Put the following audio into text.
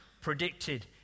predicted